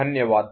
धन्यवाद